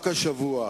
רק השבוע,